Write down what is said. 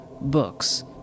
books